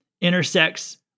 intersects